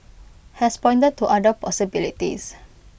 has pointed to other possibilities